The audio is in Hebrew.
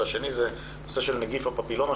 והשני זה הנושא של נגיף הפפילומה,